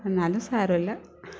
എന്നാലും സാരമില്ല